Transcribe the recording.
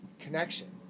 connection